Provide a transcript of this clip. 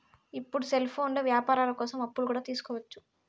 ఇప్పుడు సెల్ఫోన్లో వ్యాపారాల కోసం అప్పులు కూడా తీసుకోవచ్చు